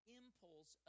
impulse